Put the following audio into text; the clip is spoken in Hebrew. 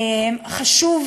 חשוב,